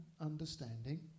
understanding